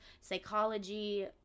psychology